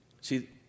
See